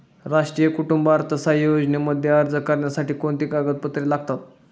राष्ट्रीय कुटुंब अर्थसहाय्य योजनेमध्ये अर्ज करण्यासाठी कोणती कागदपत्रे लागतात?